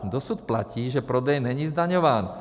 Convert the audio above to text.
Dosud platí, že prodej není zdaňován.